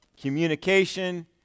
communication